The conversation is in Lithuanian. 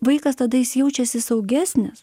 vaikas tada jis jaučiasi saugesnis